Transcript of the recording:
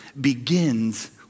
begins